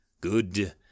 Good